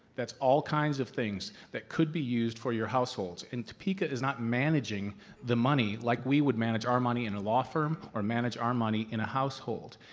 that's all kinds of things that could be used for your household and topeka is not managing the money like we would manage our money in a law firm or manage our money in a household.